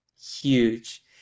huge